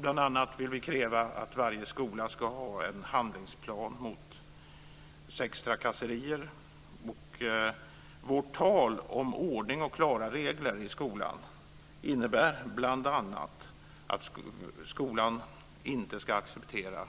Bl.a. kräver vi att varje skola ska ha en handlingsplan mot sextrakasserier. Vårt tal om ordning och klara regler i skolan innebär bl.a. att skolan inte ska acceptera